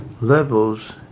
levels